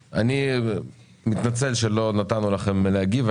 אני מתנצל שלא נתנו לכם להגיב.